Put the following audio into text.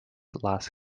last